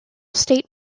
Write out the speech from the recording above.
state